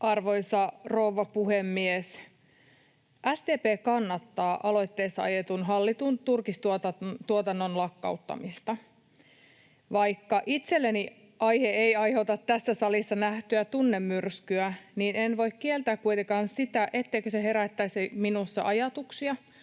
Arvoisa rouva puhemies! SDP kannattaa aloitteessa ajettua hallittua turkistuotannon lakkauttamista. Vaikka itselleni aihe ei aiheuta tässä salissa nähtyä tunnemyrskyä, en voi kieltää kuitenkaan sitä, etteikö se herättäisi minussa ajatuksia